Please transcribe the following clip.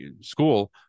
school